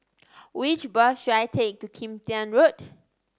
which bus should I take to Kim Tian Road